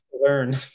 learn